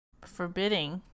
forbidding